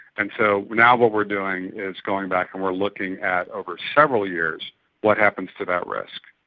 and so now what we are doing is going back and we are looking at over several years what happens to that risk,